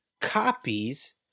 copies